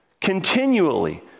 Continually